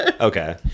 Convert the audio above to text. okay